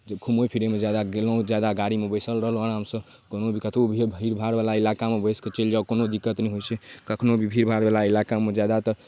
जे घुमै फिरऽमे जादा गेलहुॅं जादा गाड़ीमे बैसल रहलहुॅं हमसब कोनो भी कतहु भी भीड़ भाड़ वला इलाकामे बैस कऽ चैल जाउ कोनो दिक्कत नहि होइ छै कखनो भी भीड़ भाड़ वला इलाकामे जादातर